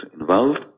involved